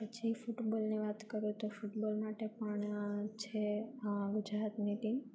પછી ફૂટબોલની વાત કરું તો ફૂટબોલ માટે પણ છે ગુજરાતની ટીમ